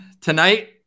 Tonight